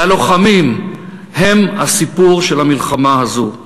הלוחמים הם הסיפור של המלחמה הזו.